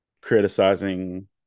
criticizing